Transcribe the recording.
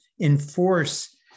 enforce